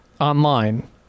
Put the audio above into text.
Online